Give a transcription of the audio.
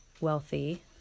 wealthy